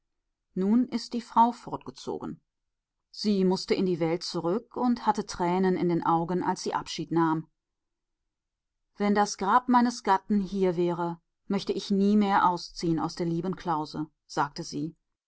nun ist die frau fortgezogen sie mußte in die welt zurück und hatte tränen in den augen als sie abschied nahm wenn das grab meines gatten hier wäre möchte ich nie mehr ausziehen aus der lieben klause sagte sie